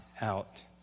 out